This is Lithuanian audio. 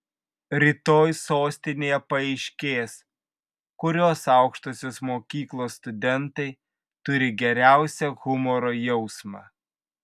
rytoj sostinėje paaiškės kurios aukštosios mokyklos studentai turi geriausią humoro jausmą